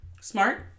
Smart